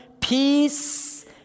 Peace